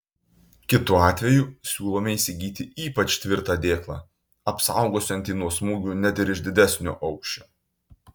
kitu atveju siūlome įsigyti ypač tvirtą dėklą apsaugosiantį nuo smūgių net ir iš didesnio aukščio